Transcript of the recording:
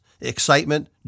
excitement